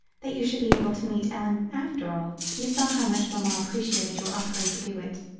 that you should be able to meet ellen after all you saw how much mamma appreciated your offering to do it.